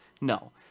No